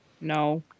no